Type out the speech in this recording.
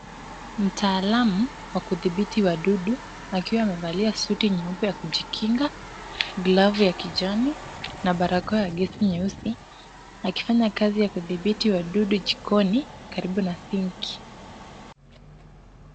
Mtaalamu wa kudhibiti wadudu akiwa amevaa suti nyeupe ya kujikinga, glavu ya kijani na barakoa ya gesi nyeusi akifanya kazi ya kudhibiti wadudu jikoni karibu na sink .